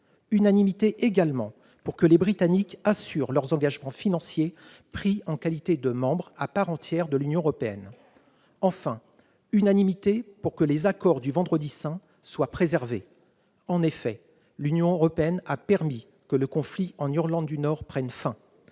Royaume-Uni, et pour que les Britanniques assurent leurs engagements financiers pris en qualité de membre à part entière de l'Union européenne. Enfin, j'ai constaté la même l'unanimité pour que les accords du Vendredi saint soient préservés. En effet, l'Union européenne a permis que le conflit en Irlande du Nord prenne fin.